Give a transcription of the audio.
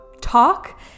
talk